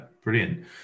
brilliant